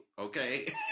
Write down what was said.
Okay